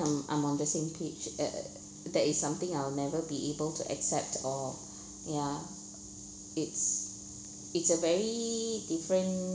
~m I'm on the same page uh that is something I'll never be able to accept or ya it's it's a very different